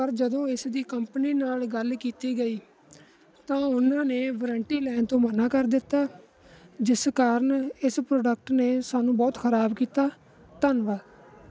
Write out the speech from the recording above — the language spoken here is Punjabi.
ਪਰ ਜਦੋਂ ਇਸ ਦੀ ਕੰਪਨੀ ਨਾਲ ਗੱਲ ਕੀਤੀ ਗਈ ਤਾਂ ਉਹਨਾਂ ਨੇ ਵਰੰਟੀ ਲੈਣ ਤੋਂ ਮਨ੍ਹਾਂ ਕਰ ਦਿੱਤਾ ਜਿਸ ਕਾਰਨ ਇਸ ਪ੍ਰੋਡਕਟ ਨੇ ਸਾਨੂੰ ਬਹੁਤ ਖ਼ਰਾਬ ਕੀਤਾ ਧੰਨਵਾਦ